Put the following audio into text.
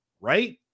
right